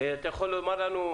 אתה יכול לומר לנו,